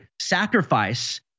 sacrifice